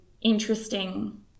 interesting